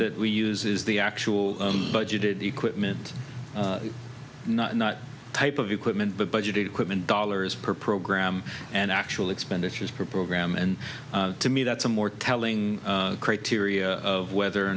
that we use is the actual budgeted equipment not not type of equipment but budgeted equipment dollars per program and actual expenditures per program and to me that's a more telling criteria of whether or